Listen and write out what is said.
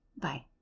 Bye